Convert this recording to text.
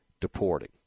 deporting